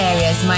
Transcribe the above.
Areas